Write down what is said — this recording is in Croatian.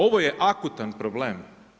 Ovo je akutan problem.